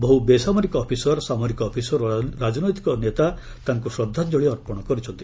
ବହୁ ବେସାମରିକ ଅଫିସର ସାମରିକ ଅଫିସର ଓ ରାଜନୈତିକ ନେତା ତାଙ୍କୁ ଶ୍ରଦ୍ଧାଞ୍ଚଳି ଅର୍ପଣ କରିଛନ୍ତି